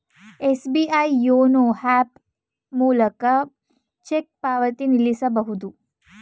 SBI YONO app ಮೂಲಕ cheque ಪಾವತಿ ನಿಲ್ಲಿಸಬಹುದು